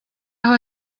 aho